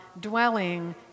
dwelling